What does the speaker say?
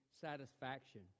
satisfaction